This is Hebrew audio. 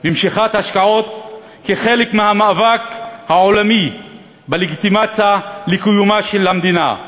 ומשיכת השקעות כחלק מהמאבק העולמי בלגיטימציה של קיומה של המדינה.